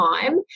time